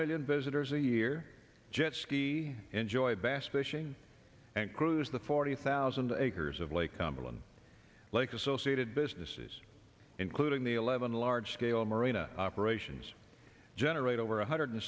million visitors a year jet ski enjoy bass fishing and cruise the forty thousand acres of lake cumberland lake associated businesses including the eleven large scale marina operations generate over one hundred